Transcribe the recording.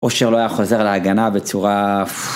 או שהוא לא היה חוזר להגנה בצורה... פפ...